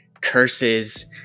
curses